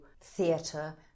theatre